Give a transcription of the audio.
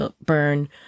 burn